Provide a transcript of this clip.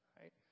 right